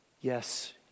Yes